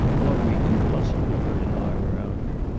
audrey impulsively put an arm around her.